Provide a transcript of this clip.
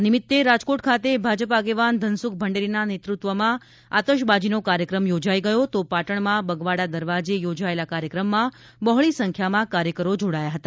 આ નિમિત્તે રાજકોટ ખાતે ભાજપ આગેવાન ધનસુખ ભંડેરીના નેતૃત્વમાં આતશબાજીનો કાર્યક્રમ યોજાઇ ગયો તો પાટણમાં બગવાડા દરવાજે યોજાયેલા કાર્યક્રમાં બહોળી સંખ્યામાં કાર્યકરો જોડાયા હતા